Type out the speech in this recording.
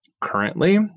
currently